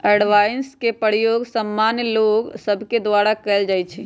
avoidance के प्रयोग सामान्य लोग सभके द्वारा कयल जाइ छइ